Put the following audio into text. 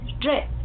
drip